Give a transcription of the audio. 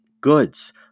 goods